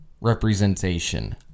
representation